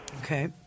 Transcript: Okay